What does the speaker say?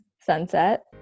sunset